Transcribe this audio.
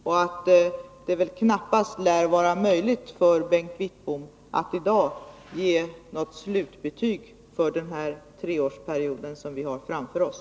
Det lär väl knappast vara möjligt för Bengt Wittbom att i dag ge något slutbetyg för den treårsperiod som vi har framför OSS.